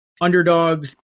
underdogs